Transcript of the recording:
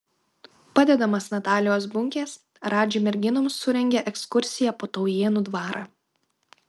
padedamas natalijos bunkės radži merginoms surengė ekskursiją po taujėnų dvarą